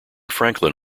franklin